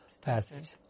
passage